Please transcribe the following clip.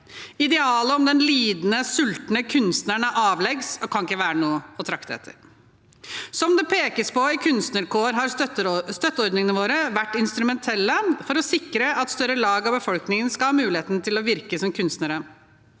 Idealet om den lidende, sultne kunstneren er avleggs og kan ikke være noe å trakte etter. Som det pekes på i stortingsmeldingen Kunstnarkår, har støtteordningene våre vært instrumentelle for å sikre at større lag av befolkningen har hatt muligheten til å virke som kunstnere,